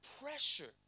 pressure